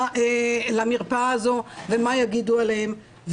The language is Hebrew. למרפאה הזו ומה יגידו עליהם,